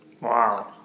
Wow